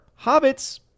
Hobbits